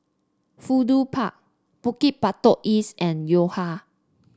Fudu Park Bukit Batok East and Yo Ha